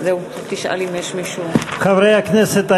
חברי הכנסת,